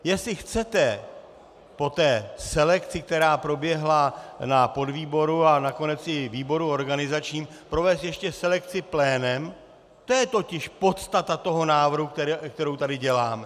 Jestli chcete po té selekci, která proběhla na podvýboru a nakonec i výboru organizačním, provést ještě selekci plénem, to je totiž podstata toho návrhu, kterou tady děláme.